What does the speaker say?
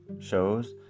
shows